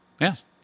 Yes